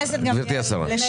גמליאל,